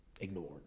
ignored